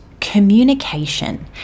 communication